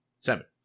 Seven